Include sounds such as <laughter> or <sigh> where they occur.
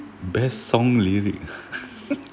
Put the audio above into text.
best song lyrics <laughs>